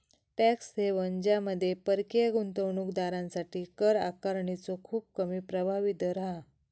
tax haven ज्यामध्ये परकीय गुंतवणूक दारांसाठी कर आकारणीचो खूप कमी प्रभावी दर हा